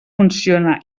funciona